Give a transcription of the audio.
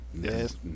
yes